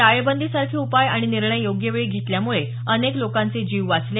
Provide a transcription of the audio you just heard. टाळेबंदीसारखे उपाय आणि निर्णय योग्यवेळी घेतल्यामुळे अनेक लोकांचे जीव वाचले